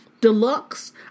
Deluxe